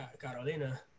Carolina